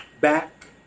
back